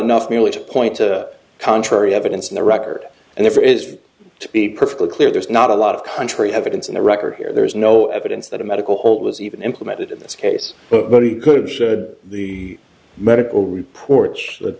enough merely to point to contrary evidence in the record and if there is to be perfectly clear there's not a lot of country evidence in the record here there is no evidence that a medical hold was even implemented in this case but it could should the medical reports that